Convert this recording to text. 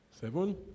Seven